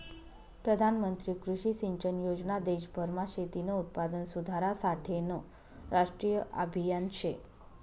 प्रधानमंत्री कृषी सिंचन योजना देशभरमा शेतीनं उत्पादन सुधारासाठेनं राष्ट्रीय आभियान शे